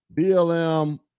BLM